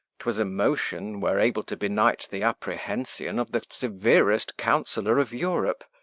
twas a motion were able to benight the apprehension of the severest counsellor of europe.